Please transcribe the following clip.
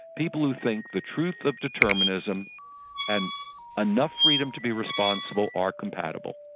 people who think the truth of determinism and enough freedom to be responsible are compatible,